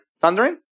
Thundering